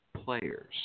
players